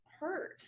hurt